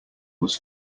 was